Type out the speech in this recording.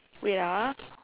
wait ah